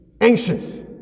anxious